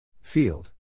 Field